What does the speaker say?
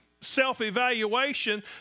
self-evaluation